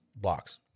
blocks